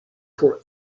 for